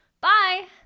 Bye